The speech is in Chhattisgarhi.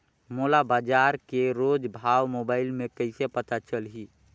मोला बजार के रोज भाव मोबाइल मे कइसे पता चलही?